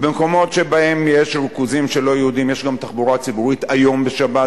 במקומות שבהם יש ריכוזים של לא-יהודים יש גם היום תחבורה ציבורית בשבת,